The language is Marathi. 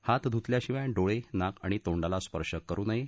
हात धुतल्याशिवाय डोळे नाक आणि तोंडाला स्पर्शं करु नये